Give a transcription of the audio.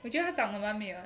我觉得他长得蛮美的